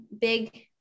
big